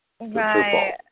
right